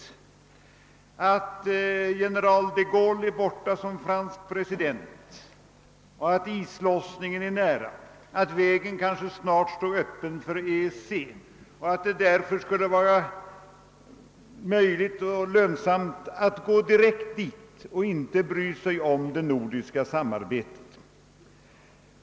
Man säger också att det förhållandet att general de Gaulle är borta som Frankrikes president innebär att islossningen är nära och att vägen kanske snart står öppen till EEC. Man vill hävda att det därför skulle vara möjligt och lönsamt att gå direkt dit och inte bry sig om det nordiska samarbetet.